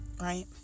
Right